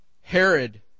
Herod